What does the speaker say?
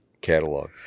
catalog